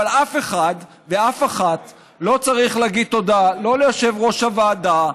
אף אחד ואף אחת לא צריך להגיד תודה לא ליושב-ראש הוועדה,